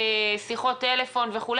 שיחות טלפון וכו',